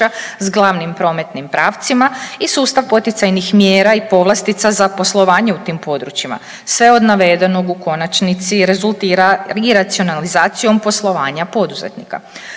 s glavnim prometnim pravcima i sustav poticajnih mjera i povlastica za poslovanje u tim područjima. Sve od navedenog u konačnici rezultirati će racionalizacijom poslovanja poduzetnika.